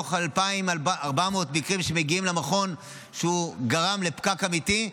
מתוך 2,400 מקרים שמגיעים למכון וגורמים לפקק אמיתי,